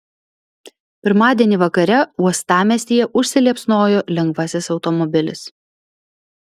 pirmadienį vakare uostamiestyje užsiliepsnojo lengvasis automobilis